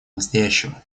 настоящего